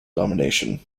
domination